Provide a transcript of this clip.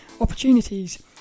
opportunities